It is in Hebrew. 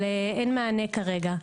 אבל אין מענה כרגע.